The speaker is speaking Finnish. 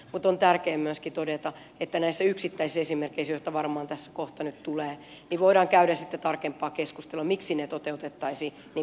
on tärkeää myöskin todeta että näistä yksittäisistä esimerkeistä joita varmaan tässä kohta nyt tulee voidaan käydä sitten tarkempaa keskustelua miksi ne toteutettaisiin niin kuin toteutettaisiin